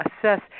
assess